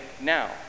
now